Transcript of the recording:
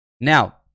Now